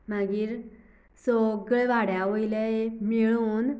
मागीर सगळें वाड्यावयलें मिळोन